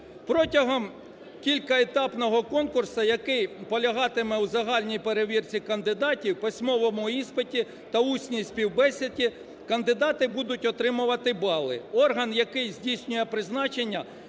Протягом кількаетапного конкурсу, який полягатиме у загальній перевірці кандидатів, в письмовому іспиті та усній співбесіді кандидати будуть отримувати бали. Орган, який здійснює призначення